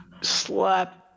slap